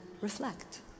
reflect